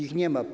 Ich nie ma.